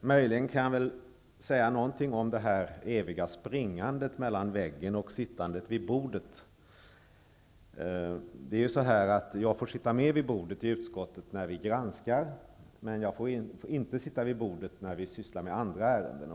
Möjligen kan jag säga något om det eviga springandet mellan platsen vid väggen och bordet. Jag får sitta med vid bordet i utskottet när vi granskar, men jag får inte sitta vid bordet när vi sysslar med andra ärenden.